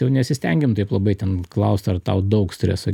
jau nesistengiam taip labai ten klaust ar tau daug streso